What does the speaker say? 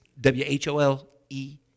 W-H-O-L-E